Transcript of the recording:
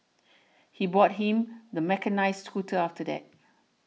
he bought him the mechanised scooter after that